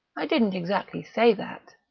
i didn't exactly say that.